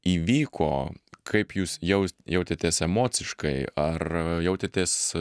įvyko kaip jūs jau jautėtės emociškai ar jautėtės